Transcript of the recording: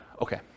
Okay